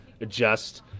adjust